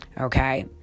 Okay